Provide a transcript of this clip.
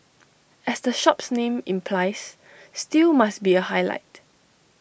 as the shop's name implies stew must be A highlight